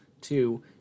Two